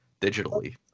digitally